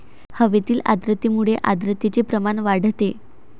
हवेतील आर्द्रतेमुळे आर्द्रतेचे प्रमाण वाढते